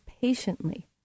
patiently